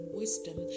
wisdom